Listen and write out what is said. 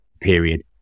period